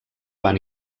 van